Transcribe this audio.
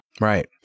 Right